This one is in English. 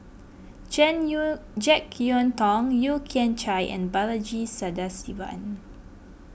Jane Yeun Jek Yeun Thong Yeo Kian Chai and Balaji Sadasivan